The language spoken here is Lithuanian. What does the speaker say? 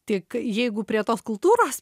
tik jeigu prie tos kultūros